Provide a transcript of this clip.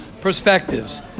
perspectives